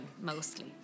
mostly